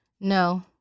No